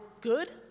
good